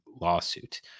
lawsuit